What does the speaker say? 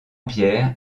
pierre